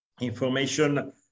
information